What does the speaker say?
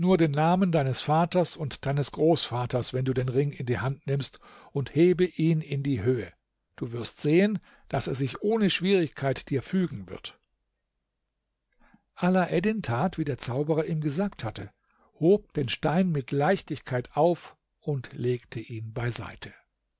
den namen deines vaters und deines großvaters wenn du den ring in die hand nimmst und hebe ihn in die höhe du wirst sehen daß er sich ohne schwierigkeit dir fügen wird alaeddin tat wie der zauberer ihm gesagt hatte hob den stein mit leichtigkeit auf und legte ihn beiseite